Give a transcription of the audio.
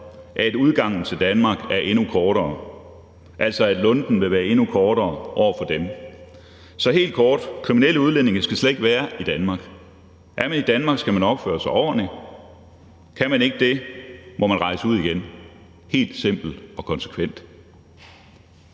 at udgangen af Danmark er endnu kortere, altså at lunten vil være endnu kortere over for en. Så helt kort: Kriminelle udlændinge skal slet ikke være i Danmark. Er man i Danmark, skal man opføre sig ordentligt. Kan man ikke det, må man rejse ud igen – det er helt simpelt og konsekvent.